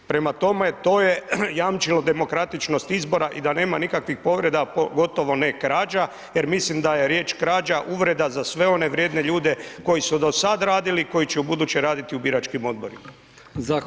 Prema tome, to je jamčilo demokratičnost izbora i da nema nikakvih povreda, pogotovo ne krađa, jer mislim da je riječ krađa uvreda za sve one vrijedne ljude koji su do sad radili i koji će ubuduće raditi u biračkim odborima.